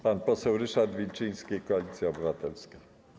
Pan poseł Ryszard Wilczyński, Koalicja Obywatelska.